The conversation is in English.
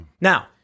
Now